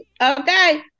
okay